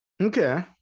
Okay